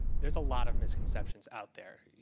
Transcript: there's a lot of misconceptions out there.